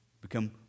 become